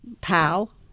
PAL